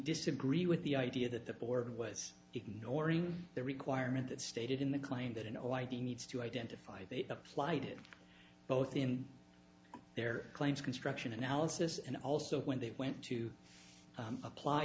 disagree with the idea that the board was ignoring the requirement that stated in the claim that an id needs to identify they applied it both in their claims construction analysis and also when they went to apply